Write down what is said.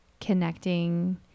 connecting